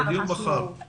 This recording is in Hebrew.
אני